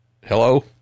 Hello